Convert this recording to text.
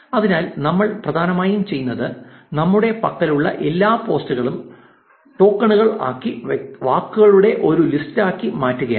അതിനാൽ നമ്മൾ പ്രധാനമായും ചെയ്യുന്നത് നമ്മുടെ പക്കലുള്ള എല്ലാ പോസ്റ്റുകളും ടോക്കണുകൾ ആക്കി വാക്കുകളുടെ ഒരു ലിസ്റ്റാക്കി മാറ്റുകയാണ്